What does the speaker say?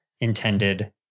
intended